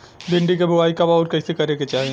भिंडी क बुआई कब अउर कइसे करे के चाही?